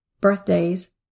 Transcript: birthdays